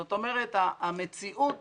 זאת אומרת, המציאות